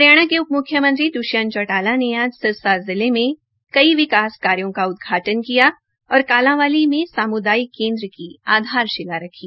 हरियाणा के उप मुख्यमंत्री द्वष्यंत चौटाला ने आज सिरसा जिले में कई विकास कार्यो का उदघाटन किया और कालांवाली में सामुदायिक केन्द्र की आधारशिला रखी